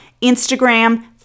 Instagram